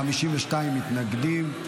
52 מתנגדים,